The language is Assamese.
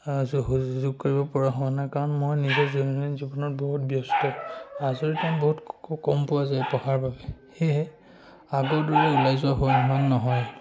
সুযোগ কৰিব পৰা হোৱা নাই কাৰণ মই নিজৰ দৈনন্দিন জীৱনত বহুত ব্যস্ত আজৰি টাইম বহুত কম পোৱা যায় পঢ়াৰ বাবে সেয়েহে আগৰ দৰে ওলাই যোৱা হয় ইমান নহয়